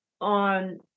on